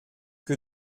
que